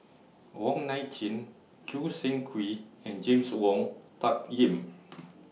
Wong Nai Chin Choo Seng Quee and James Wong Tuck Yim